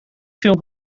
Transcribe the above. film